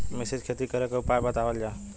मिश्रित खेती करे क उपाय बतावल जा?